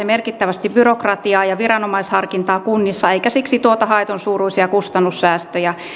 merkittävästi byrokratiaa ja viranomaisharkintaa kunnissa eikä siksi tuota haetun suuruisia kustannussäästöjä